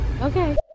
Okay